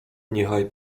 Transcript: niechaj